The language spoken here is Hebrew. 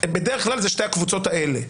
בדרך כלל, זה שתי הקבוצות האלה.